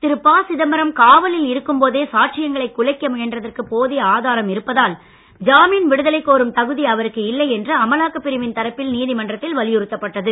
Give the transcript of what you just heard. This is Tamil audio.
திரு ப சிதம்பரம் காவலில் இருக்கும் போதே சாட்சியங்களை குலைக்க முயன்றதற்கு போதிய ஆதாரம் இருப்பதால் ஜாமீன் விடுதலை கோரும் தகுதி அவருக்கு இல்லை என்று அமலாக்க பிரிவின் தரப்பில் நீதிமன்றத்தில் வலியுறுத்தப்பட்டது